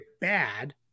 bad